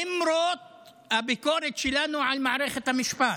למרות הביקורת שלנו על מערכת המשפט,